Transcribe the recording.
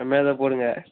அந்தமாதிரி எதாவது போடுங்க